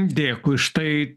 dėkui štai